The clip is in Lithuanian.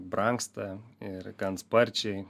brangsta ir gan sparčiai